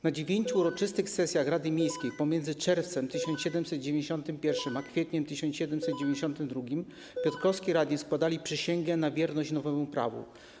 Na dziewięciu uroczystych sesjach rady miejskiej pomiędzy czerwcem 1791 r. a kwietniem 1792 r. piotrkowscy radni składali przysięgę na wierność nowemu prawu.